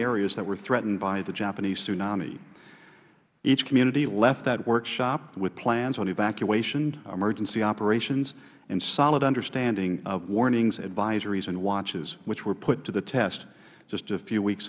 areas that were threatened by the japanese tsunami each community left that workshop with plans on evacuation emergency operations and solid understanding of warnings advisories and watches which were put to the test just a few weeks